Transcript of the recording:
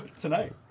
Tonight